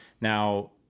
Now